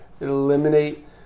eliminate